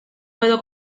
puedo